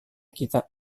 kita